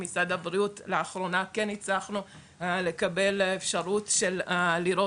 עם משרד הבריאות לאחרונה כן הצלחנו לקבל אפשרות של לראות